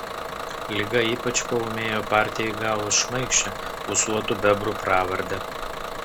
liga ypač paūmėjo partijai gavus šmaikščią ūsuotų bebrų pravardę